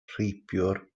rheibiwr